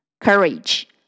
Courage